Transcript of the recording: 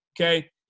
okay